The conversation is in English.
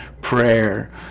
prayer